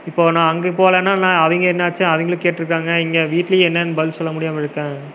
இப்போது நான் அங்கே போகலனா நான் அவங்க என்னாச்சி அவங்களுக்கு கேட்டுருக்றாங்க இங்கே வீட்லேயும் என்னான் பதில் சொல்ல முடியாமல் இருக்கேன்